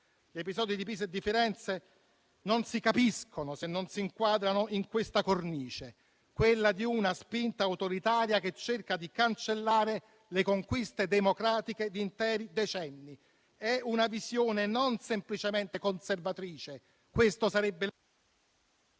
gli episodi di Pisa e di Firenze non si capiscono, se non si inquadrano nella cornice di una spinta autoritaria che cerca di cancellare le conquiste democratiche di interi decenni. È una visione non semplicemente conservatrice, questo sarebbe...